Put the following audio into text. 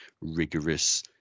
rigorous